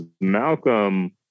Malcolm